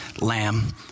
lamb